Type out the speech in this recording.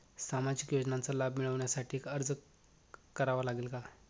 सामाजिक योजनांचा लाभ मिळविण्यासाठी अर्ज करावा लागेल का?